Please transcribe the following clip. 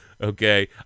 okay